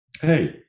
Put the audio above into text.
hey